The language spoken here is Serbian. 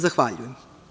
Zahvaljujem.